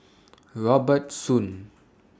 Robert Soon